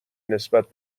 نسبت